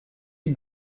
you